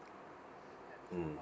mm